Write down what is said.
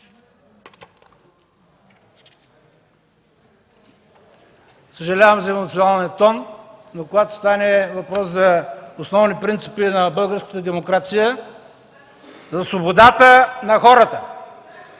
Съжалявам за емоционалния тон, но когато стане въпрос за основни принципи на българската демокрация, за свободата на хората,